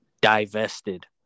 divested